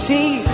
See